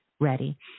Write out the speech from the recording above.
ready